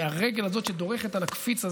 מהרגל הזאת שדורכת על הקפיץ הזה,